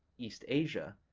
east asia,